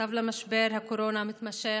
נוסף למשבר הקורונה המתמשך,